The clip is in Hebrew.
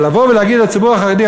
אבל לבוא ולהגיד על הציבור החרדי,